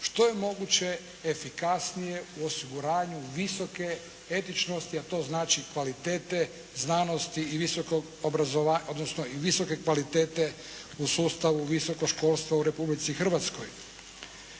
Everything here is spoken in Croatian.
što je moguće efikasnije u osiguranju visoke etičnosti, a to znači kvalitete znanosti i visokog, odnosno i visoke kvalitete u sustavu visokog školstva u Republici Hrvatskoj.